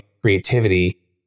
creativity